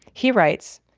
he writes,